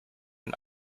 und